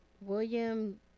William